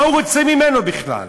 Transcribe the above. מה הוא רוצה ממנו בכלל?